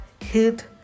hit